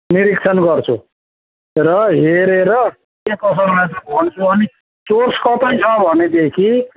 निरीक्षण गर्छु र हेरेर के कसो रहेछ भन्छु अनि सोर्स कतै छ भनेदेखि